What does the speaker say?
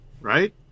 right